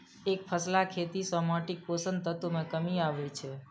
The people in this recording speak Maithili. एकफसला खेती सं माटिक पोषक तत्व मे कमी आबै छै